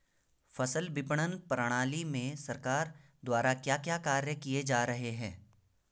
फसल विपणन प्रणाली में सरकार द्वारा क्या क्या कार्य किए जा रहे हैं?